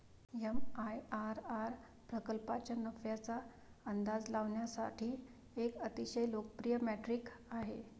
MIRR प्रकल्पाच्या नफ्याचा अंदाज लावण्यासाठी एक अतिशय लोकप्रिय मेट्रिक आहे